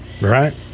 Right